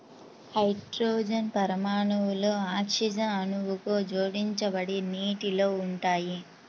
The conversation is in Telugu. హైడ్రోజన్ పరమాణువులు ఆక్సిజన్ అణువుకు జోడించబడి నీటిలో ఉంటాయి